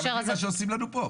אתה מבין מה שעושים לנו פה?